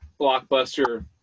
blockbuster